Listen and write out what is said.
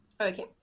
Okay